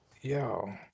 yo